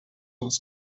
uns